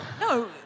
no